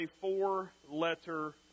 four-letter